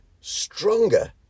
stronger